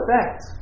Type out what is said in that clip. effect